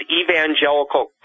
evangelical